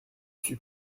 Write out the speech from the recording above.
suis